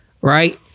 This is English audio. right